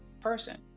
person